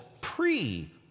pre